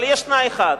אבל יש תנאי אחד,